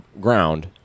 ground